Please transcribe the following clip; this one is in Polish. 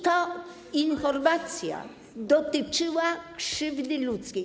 Ta informacja dotyczyła krzywdy ludzkiej.